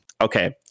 Okay